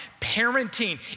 parenting